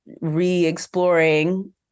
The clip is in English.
re-exploring